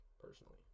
personally